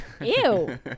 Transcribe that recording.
Ew